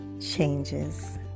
changes